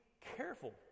careful